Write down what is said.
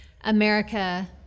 America